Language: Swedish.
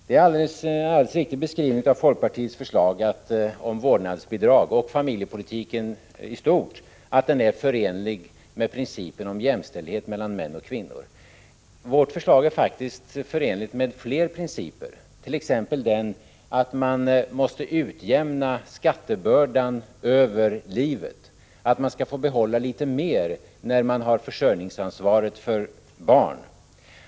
Det är riktigt beskrivet att folkpartiets förslag om vårdnadsbidrag och om familjepolitiken i stort är förenligt med principen om jämställdhet mellan män och kvinnor. Det är faktiskt förenligt med fler principer, t.ex. den att man måste utjämna skattebördan över livet, att man skall få behålla litet mer när man har försörjningsansvaret för barn.